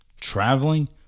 traveling